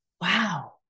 wow